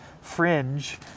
fringe